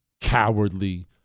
cowardly